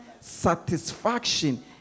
satisfaction